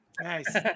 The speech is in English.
Nice